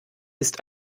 ist